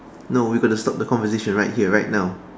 no we gotta stop the conversation right here right now